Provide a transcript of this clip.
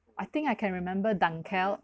I think I can remember dunkeld